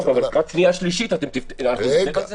לקראת שנייה שלישית אנחנו נתקן את זה?